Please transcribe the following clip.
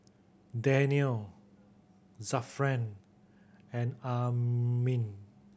Daniel Zafran and Amrin